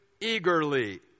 eagerly